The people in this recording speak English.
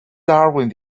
darwin